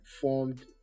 formed